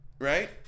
right